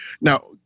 Now